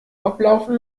ablaufen